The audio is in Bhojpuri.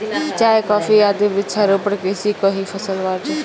चाय, कॉफी आदि वृक्षारोपण कृषि कअ ही फसल बाटे